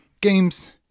Games